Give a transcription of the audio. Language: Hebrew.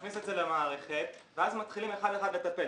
מכניס את זה למערכת ואז מתחילים אחד אחד לטפל.